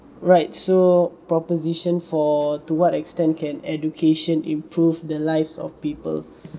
right so proposition for to what extent can education improve the lives of people